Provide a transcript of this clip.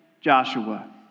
Joshua